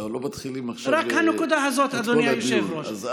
אנחנו לא מתחילים עכשיו את כל הדיון.